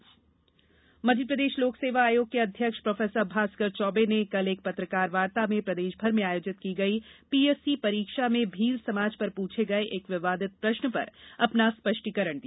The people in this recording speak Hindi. पीएससी परीक्षा मध्यप्रदेष लोकसेवा आयोग के अध्यक्ष प्रोफेसर भास्कर चौबे ने कल एक पत्रकार वार्ता में प्रदेषभर में आयोजित की गई पीएससी परीक्षा में भील समाज पर पूछे गए एक विवादित प्रष्न पर अपना स्पष्टीकरण दिया